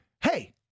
hey